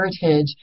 heritage